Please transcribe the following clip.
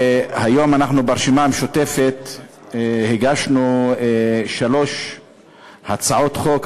היום אנחנו ברשימה המשותפת הגשנו שלוש הצעות חוק,